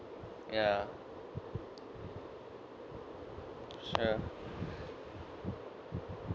ya sure